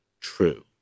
true